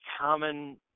common